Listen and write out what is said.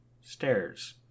stairs